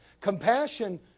Compassion